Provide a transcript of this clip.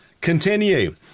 Continue